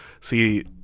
see